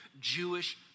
Jewish